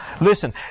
listen